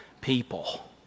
people